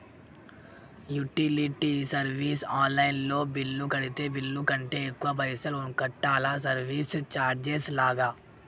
Utility service online లో bill కడితే bill కంటే ఎక్కువ పైసల్ కట్టాలా సర్వీస్ చార్జెస్ లాగా?